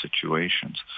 situations